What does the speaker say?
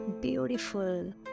beautiful